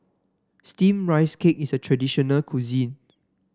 steamed Rice Cake is a traditional cuisine